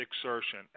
exertion